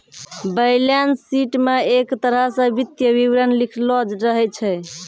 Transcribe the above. balance sheet म एक तरह स वित्तीय विवरण लिखलो रहै छै